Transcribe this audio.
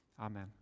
Amen